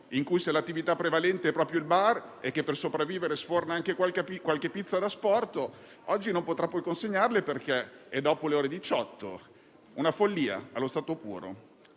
in cui, se l'attività prevalente è proprio il bar, che per sopravvivere sforna anche qualche pizza da asporto, oggi non potrà più consegnarle perché è dopo le ore 18: una follia allo stato puro.